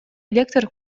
электр